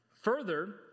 Further